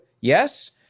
Yes